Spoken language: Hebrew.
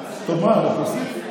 טוב, מה, אתה מוסיף דקה?